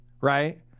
right